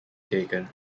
taken